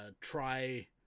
try